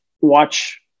watch